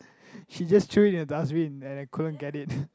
she just throw into dustbin and I couldn't get it